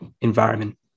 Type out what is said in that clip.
environment